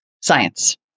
science